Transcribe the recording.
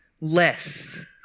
less